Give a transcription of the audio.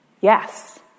Yes